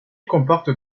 comporte